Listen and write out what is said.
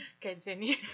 Continue